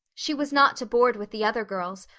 she was not to board with the other girls,